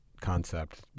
concept